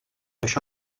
això